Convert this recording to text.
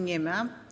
Nie ma.